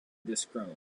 disgruntled